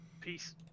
Peace